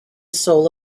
soul